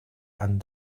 and